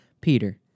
Peter